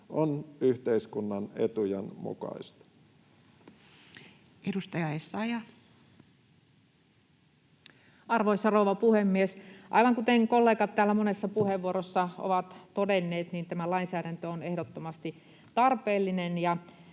on yhteiskunnan etujen mukaista. Edustaja Essayah. Arvoisa rouva puhemies! Aivan kuten kollegat täällä monessa puheenvuorossa ovat todenneet, tämä lainsäädäntö on ehdottomasti tarpeellinen.